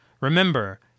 Remember